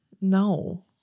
No